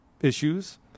issues